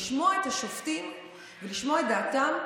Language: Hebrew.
לשמוע את השופטים ולשמוע את דעתם,